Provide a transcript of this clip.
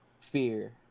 fear